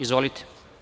Izvolite.